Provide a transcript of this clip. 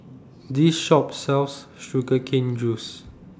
This Shop sells Sugar Cane Juice